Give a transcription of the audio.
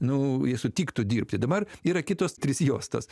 nu jie sutiktų dirbti dabar yra kitos trys juostos